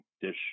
dish